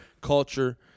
culture